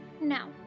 Now